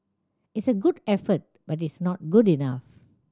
it's a good effort but it's not good enough